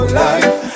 life